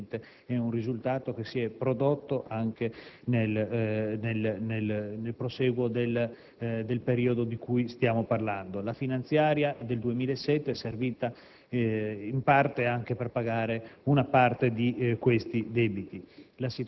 Questo è un risultato che si è prodotto anche nel prosieguo del periodo di cui stiamo parlando. La legge finanziaria per il 2007 è servita per pagare una parte di questi debiti.